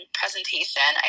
presentation